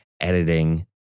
editing